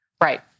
Right